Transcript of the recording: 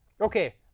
Okay